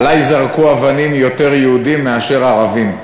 עלי זרקו אבנים יותר יהודים מאשר ערבים,